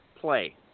play